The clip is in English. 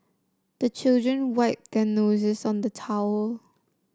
the children wipe their noses on the towel